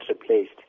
replaced